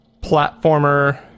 platformer